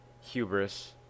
hubris